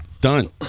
Done